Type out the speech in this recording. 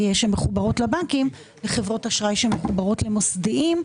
שמחוברות לבנקים לחברות אשראי שמחוברות למוסדיים.